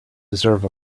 deserve